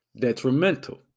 Detrimental